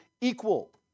equal